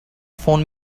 phone